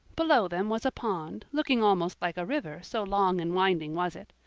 below them was a pond, looking almost like a river so long and winding was it.